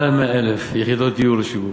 למעלה מ-100,000 יחידות דיור לשיווק.